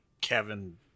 Kevin